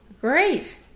Great